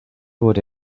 wurde